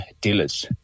dealers